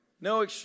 no